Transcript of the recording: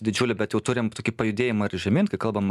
didžiulį bet jau turim tokį pajudėjimą ir žemyn kai kalbam